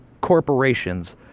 corporations